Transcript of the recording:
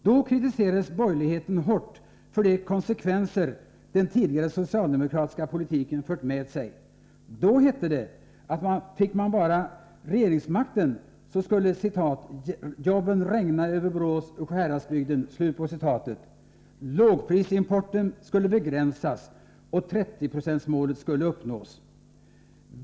Då kritiserades borgerligheten hårt för de konsekvenser den tidigare socialdemokratiska politiken fört med sig. Då hette det att fick man bara regeringsmakten, skulle ”jobben regna över Borås och Sjuhäradsbygden”, lågprisimporten begränsas och 30-procentsmålet uppnås.